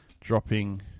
dropping